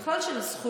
בכלל של הזכויות,